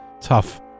tough